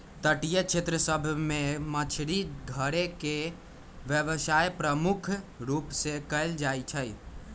तटीय क्षेत्र सभ में मछरी धरे के व्यवसाय प्रमुख रूप से कएल जाइ छइ